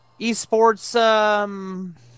esports